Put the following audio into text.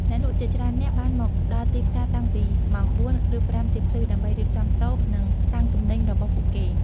អ្នកលក់ជាច្រើននាក់បានមកដល់ទីផ្សារតាំងពីម៉ោង ៤ ឬ ៥ ទៀបភ្លឺ ដើម្បីរៀបចំតូប និងតាំងទំនិញរបស់ពួកគេ។